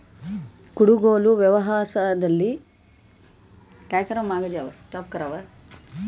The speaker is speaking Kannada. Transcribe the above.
ಕುಡುಗೋಲು ವ್ಯವಸಾಯದಲ್ಲಿ ಬಳಸುತ್ತಿರುವ ಅತ್ಯಂತ ಪ್ರಾಚೀನ ಕೃಷಿ ಉಪಕರಣಗಳಲ್ಲಿ ಒಂದು